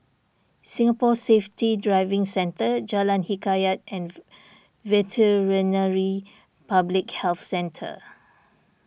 Singapore Safety Driving Centre Jalan Hikayat and Veterinary Public Health Centre